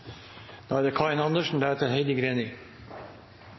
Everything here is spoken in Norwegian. Da er det